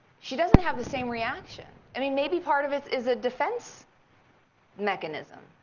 she doesn't have the same reaction. i mean, maybe part of it is a defense mechanism.